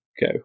go